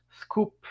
scoop